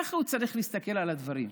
ככה הוא צריך להסתכל על הדברים.